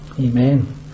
Amen